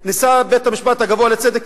ניסה, בית-המשפט הגבוה לצדק.